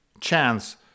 chance